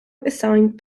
assigned